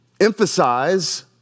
emphasize